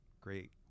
great